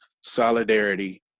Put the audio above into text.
solidarity